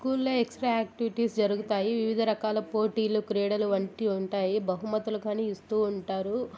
స్కూల్లో extra activities జరుగుతాయి వివిధరకాల పోటీలు క్రీడలు వంటి ఉంటాయి బహుమతులు కాని ఇస్తూ ఉంటారు